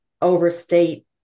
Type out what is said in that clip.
overstate